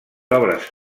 obres